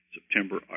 September